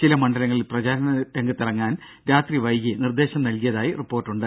ചില മണ്ഡലങ്ങളിൽ പ്രചാരണരംഗത്തിറങ്ങാൻ രാത്രിവൈകി നിർദ്ദേശം നൽകിയതായും റിപ്പോർട്ടുണ്ട്